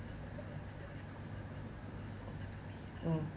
mm